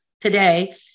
today